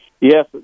Yes